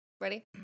ready